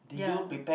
ya